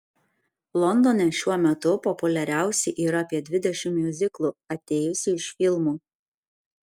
londone šiuo metu populiariausi yra apie dvidešimt miuziklų atėjusių iš filmų